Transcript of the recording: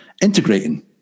integrating